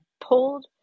pulled